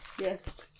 Yes